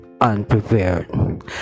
unprepared